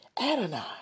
Adonai